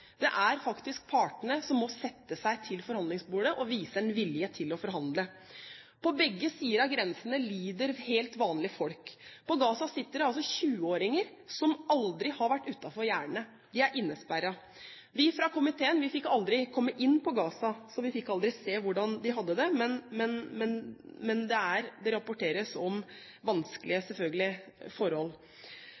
Det er faktisk partene som må sette seg til forhandlingsbordet og vise vilje til å forhandle. På begge sider av grensene lider helt vanlige folk. I Gaza sitter det 20-åringer som aldri har vært utenfor gjerdene. De er innesperret. Vi fra komiteen fikk aldri komme inn i Gaza, så vi fikk aldri se hvordan de hadde det, men det rapporteres om vanskelige forhold, selvfølgelig. På komitéreisen kunne vi også høre om